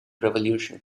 revolution